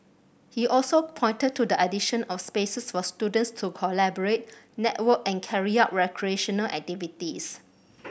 he also pointed to the addition of spaces for students to collaborate network and carry out recreational activities